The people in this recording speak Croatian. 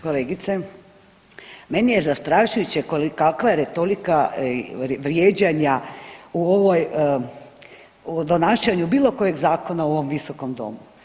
Kolegice meni je zastrašujuće kakva je retorika vrijeđanja u ovoj, donašanju bilo kojeg zakona u ovom viskom domu.